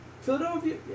Philadelphia